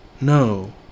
no